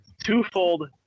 twofold